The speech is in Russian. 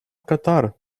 катар